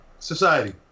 Society